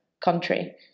country